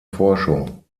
forschung